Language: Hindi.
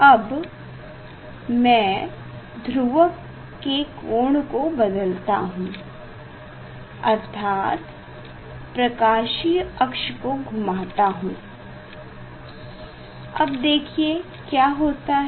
अब मै ध्रुवक के कोण को बदलता हूँ अर्थात प्रकाशीय अक्ष को घूमता हूँ अब देखिए क्या होता है